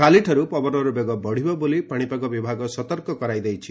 କାଲିଠାରୁ ପବନର ବେଗ ବଢ଼ିବ ବୋଲି ପାଣିପାଗ ବିଭାଗ ସତର୍କ କରାଇଦେଇଛି